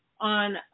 on